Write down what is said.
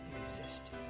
existed